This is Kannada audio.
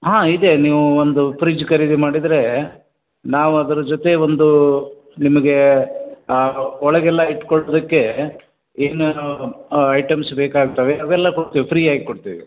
ಹಾಂ ಇದೆ ನೀವು ಒಂದು ಫ್ರಿಜ್ ಖರೀದಿ ಮಾಡಿದ್ರೆ ನಾವು ಅದ್ರ ಜೊತೆ ಒಂದು ನಿಮ್ಗೆ ಒಳಗೆಲ್ಲ ಇಟ್ಕೊಳುದಿಕ್ಕೆ ಏನೇನು ಐಟಮ್ಸ್ ಬೇಕಾಗ್ತವೆ ಅವೆಲ್ಲ ಕೊಡ್ತೇವೆ ಫ್ರೀ ಆಗಿ ಕೊಡ್ತೇವೆ